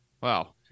Wow